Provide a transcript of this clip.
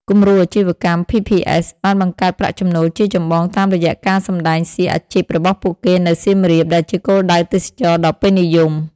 គំរូអាជីវកម្ម ភី ភី អេស បានបង្កើតប្រាក់ចំណូលជាចម្បងតាមរយៈការសម្តែងសៀកអាជីពរបស់ពួកគេនៅសៀមរាប ដែលជាគោលដៅទេសចរណ៍ដ៏ពេញនិយម ។